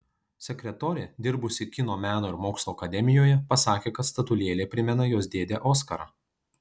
sekretorė dirbusi kino meno ir mokslo akademijoje pasakė kad statulėlė primena jos dėdę oskarą